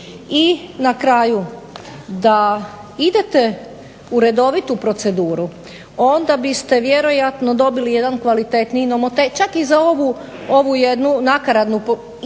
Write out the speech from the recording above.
I na kraju da idete u redovitu proceduru, onda biste vjerojatno dobili jedan kvalitetniji, čak i za ovu jednu nakaradnu